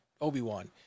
obi-wan